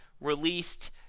released